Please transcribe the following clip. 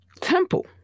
temple